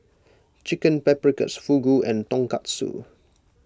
Chicken Paprikas Fugu and Tonkatsu